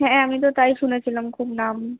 হ্যাঁ আমি তো তাই শুনেছিলাম খুব নাম